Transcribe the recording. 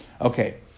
Okay